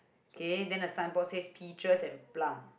okay then the signboard says peaches and plum